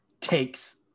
takes